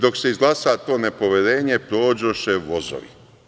Dok se izglasa to nepoverenje prođoše vozovi.